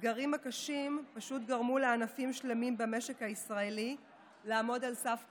הסגרים הקשים פשוט גרמו לענפים שלמים במשק הישראלי לעמוד על סף קריסה.